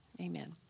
Amen